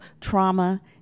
trauma